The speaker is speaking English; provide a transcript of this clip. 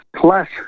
plus